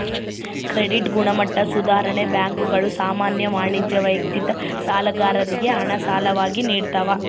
credit ಗುಣಮಟ್ಟ ಸುಧಾರಣೆ ಬ್ಯಾಂಕುಗಳು ಸಾಮಾನ್ಯ ವಾಣಿಜ್ಯ ವೈಯಕ್ತಿಕ ಸಾಲಗಾರರಿಗೆ ಹಣ ಸಾಲವಾಗಿ ನಿಡ್ತವ